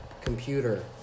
computer